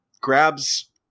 grabs